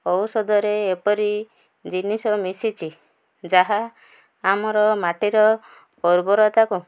ଔଷଧରେ ଏପରି ଜିନିଷ ମିଶିଛି ଯାହା ଆମର ମାଟିର ଉର୍ବରତାକୁ